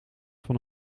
van